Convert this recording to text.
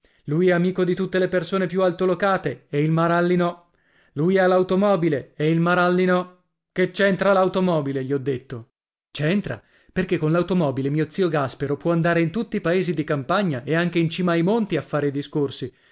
lui è amico di tutte le persone più altolocate e il maralli no lui ha l'automobile e il maralli no che c'entra l'automobile gli ho detto c'entra perché con l'automobile mio zio gaspero può andare in tutti i paesi di campagna e anche in cima ai monti a fare i discorsi